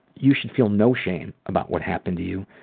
you should feel no shame about what happened to you.